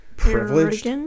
Privileged